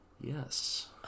yes